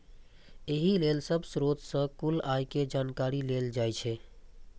एहि लेल सब स्रोत सं कुल आय के जानकारी लेल जाइ छै